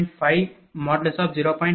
965792 0